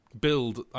build